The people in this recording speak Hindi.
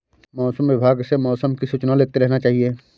मौसम विभाग से मौसम की सूचना लेते रहना चाहिये?